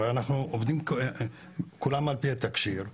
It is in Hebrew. הרי אנחנו עובדים כולם ע"פ התקשי"ר,